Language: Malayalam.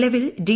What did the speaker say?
നിലവിൽ ഡി